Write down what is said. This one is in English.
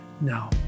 No